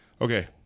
Okay